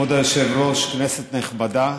כבוד היושב-ראש, כנסת נכבדה,